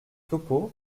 topeau